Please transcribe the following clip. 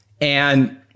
And-